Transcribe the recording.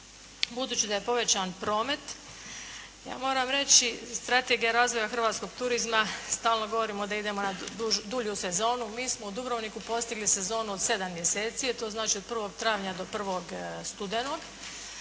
Budući da je povećan promet ja moram reći strategija razvoja hrvatskog turizma, stalno govorimo da idemo na dulju sezonu, mi smo u Dubrovniku postigli sezonu od 7 mjeseci, to znači od 1. travnja do 1. studenog.